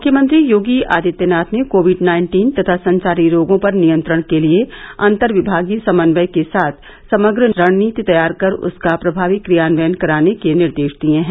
मुख्यमंत्री योगी आदित्यनाथ ने Covid nineteen तथा संचारी रोगों पर नियंत्रण के लिए अंतर्विभागीय समन्वय के साथ समग्र रणनीति तैयार कर उसका प्रमावी क्रियान्वयन कराने के निर्देश दिए हैं